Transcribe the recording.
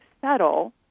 settle